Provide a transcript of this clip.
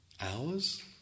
Hours